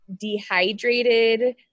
dehydrated